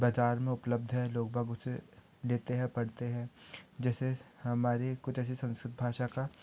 बाज़ार में उपलब्ध है लोग बाग उसे लेते हैं पढ़ते हैं जैसे हमारे कुछ ऐसे संस्कृत भाषा का